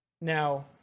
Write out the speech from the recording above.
Now